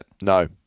no